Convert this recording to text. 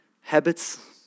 habits